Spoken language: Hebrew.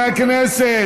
פשוט,